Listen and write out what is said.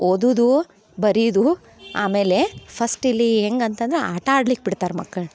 ಓದುವುದು ಬರ್ಯದು ಆಮೇಲೆ ಫಸ್ಟ್ ಇಲ್ಲಿ ಹೆಂಗಂತಂದ್ರ ಆಟ ಆಡ್ಲಿಕ್ಕೆ ಬಿಡ್ತಾರೆ ಮಕ್ಕಳ್ನ